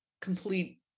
complete